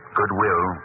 Goodwill